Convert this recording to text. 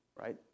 right